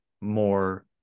more